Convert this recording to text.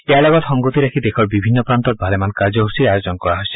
ইয়াৰ লগত সংগতি ৰাখি দেশৰ বিভিন্ন প্ৰান্তত ভালেমান কাৰ্যসূচীৰ আয়োজন কৰা হৈছে